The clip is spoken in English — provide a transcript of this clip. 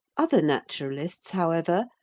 other naturalists, however,